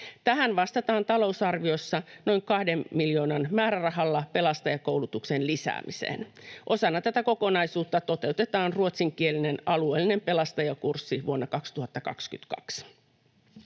Tähän vastataan talousarviossa noin 2 miljoonan määrärahalla pelastajakoulutuksen lisäämiseen. Osana tätä kokonaisuutta toteutetaan ruotsinkielinen alueellinen pelastajakurssi vuonna 2022.